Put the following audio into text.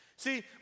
See